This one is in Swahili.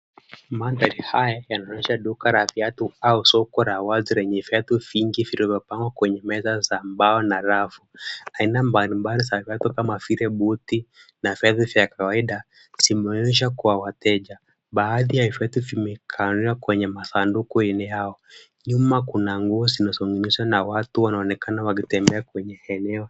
Mandhari haya yanaonyesha duka la viatu au soko la wazi lenye viatu vingi vilivyopangwa kwenye meza za mbao na rafu, aina mbalimbali za viatu kama vile buti na viatu vya kawaida zimeonyesha kwa wateja baadhi vya viatu vimekawia kwenye masanduku eneo yao. Nyuma kuna nguo zinazoningini'nia na watu wanaonekana wakitembea kwenye eneo.